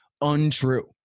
untrue